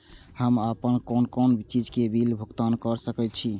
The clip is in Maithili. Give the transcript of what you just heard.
हम आपन कोन कोन चीज के बिल भुगतान कर सके छी?